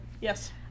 Yes